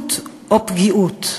תלות או פגיעות.